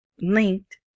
linked